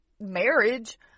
marriage